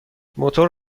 موتور